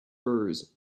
firs